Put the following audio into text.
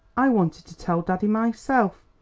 i wanted to tell daddy myself.